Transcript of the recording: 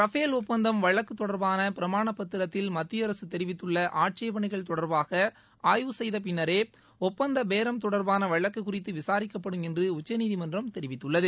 Rafale ஒப்பந்தம் வழக்கு தொடர்பான பிரமாண பத்திரத்தில் மத்திய அரசு தெரிவித்துள்ள ஆட்சபேணைகள் தொடர்பாக ஆய்வு செய்த பின்னரே ஒப்பந்தம் பேரம் தொடர்பாள வழக்கு குறித்து விசாரிக்கப்படும் என்று உச்சநீதிமன்றம் தெரிவித்துள்ளது